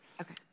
Okay